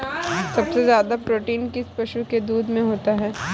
सबसे ज्यादा प्रोटीन किस पशु के दूध में होता है?